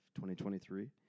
2023